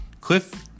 Cliff